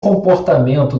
comportamento